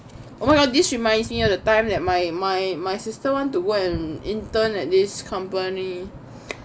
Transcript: oh my god this reminds me of the time that my my my sister want to go and intern at this company